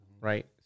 Right